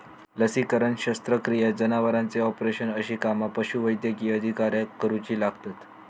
लसीकरण, शस्त्रक्रिया, जनावरांचे ऑपरेशन अशी कामा पशुवैद्यकीय अधिकाऱ्याक करुची लागतत